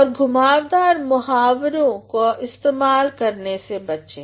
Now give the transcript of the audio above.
और घुमावदार मुहावरों का इस्तेमाल करने से बचें